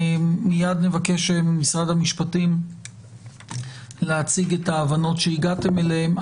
מיד נבקש ממשרד המשפטים להציג את ההבנות שהגעתם אליהן.